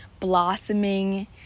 blossoming